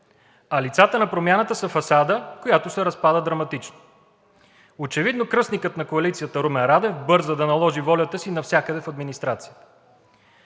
а лицата на промяната са фасада, която се разпада драматично. Очевидно кръстникът на коалицията Румен Радев бърза да наложи волята си навсякъде в администрацията.